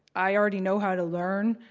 i already know how to learn.